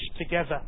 together